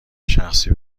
شخصی